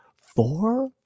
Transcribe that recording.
four